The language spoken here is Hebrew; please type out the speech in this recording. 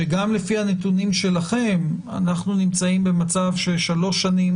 שגם לפי הנתונים שלכם אנחנו נמצאים במצב ששלוש שנים